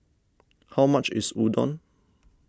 how much is Udon